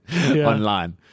online